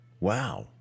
Wow